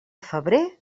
febrer